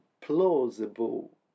plausible